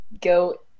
go